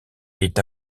est